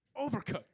Overcooked